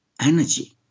energy